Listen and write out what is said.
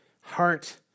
heart